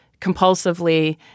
compulsively